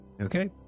Okay